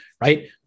right